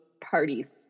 parties